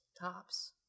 tops